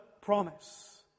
promise